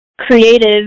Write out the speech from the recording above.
creative